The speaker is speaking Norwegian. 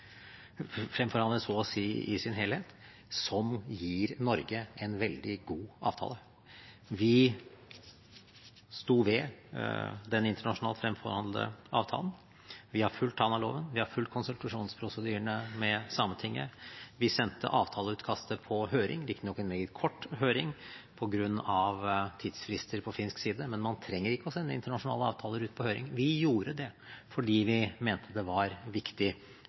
i sin helhet, som gir Norge en veldig god avtale. Vi sto ved den internasjonalt fremforhandlede avtalen. Vi har fulgt Tanaloven, vi har fulgt konsultasjonsprosedyrene med Sametinget. Vi sendte avtaleutkastet på høring – riktignok en meget kort høring på grunn av tidsfrister på finsk side – men man trenger ikke å sende internasjonale avtaler ut på høring. Vi gjorde det fordi vi mente det var viktig